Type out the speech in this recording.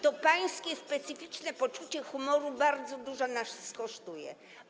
To pańskie specyficzne poczucie humoru bardzo dużo nas kosztuje.